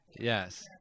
Yes